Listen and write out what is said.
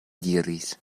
diris